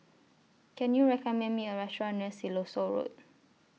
Can YOU recommend Me A Restaurant near Siloso Road